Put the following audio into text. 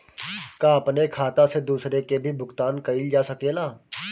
का अपने खाता से दूसरे के भी भुगतान कइल जा सके ला?